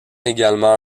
également